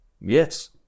yes